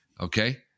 okay